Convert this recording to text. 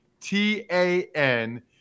T-A-N